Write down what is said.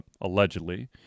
allegedly